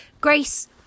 Grace